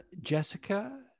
Jessica